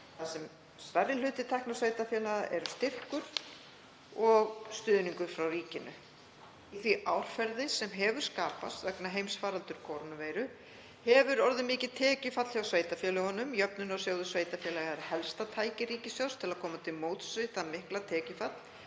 þar sem stærri hluti tekna sveitarfélaga eru styrkir og stuðningur frá ríkinu. Í því árferði sem hefur skapast vegna heimsfaraldurs kórónuveiru hefur orðið mikið tekjufall hjá sveitarfélögum. Jöfnunarsjóður sveitarfélaga er helsta tæki ríkissjóðs til að koma til móts við það mikla tekjufall